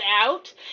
Out